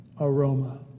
aroma